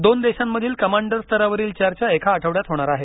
दोन देशांमधील कमांडर स्तरावरील चर्चा एका आठवड्यात होणार आहे